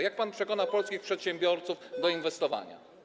Jak pan przekona polskich przedsiębiorców do inwestowania?